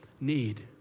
need